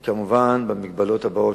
היא כמובן במגבלות הבאות,